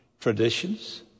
traditions